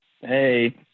Hey